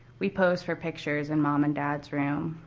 we posed for pictures in mom and dad's room.